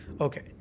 Okay